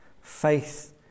Faith